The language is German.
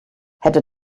hätte